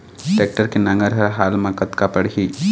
Tractor के नांगर हर हाल मा कतका पड़िही?